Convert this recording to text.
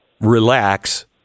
relax